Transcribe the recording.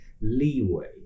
leeway